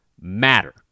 matter